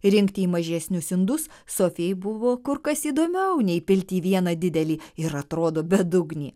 rinkti į mažesnius indus sofijai buvo kur kas įdomiau nei įpilti į vieną didelį ir atrodo bedugnį